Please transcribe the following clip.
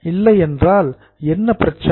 இல்லையென்றால் என்ன பிரச்சனை